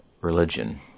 religion